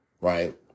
right